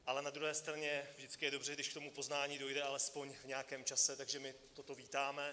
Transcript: Ale na druhé straně vždycky je dobře, když k tomu poznání dojde alespoň v nějakém čase, takže my toto vítáme.